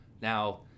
Now